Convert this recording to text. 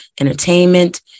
entertainment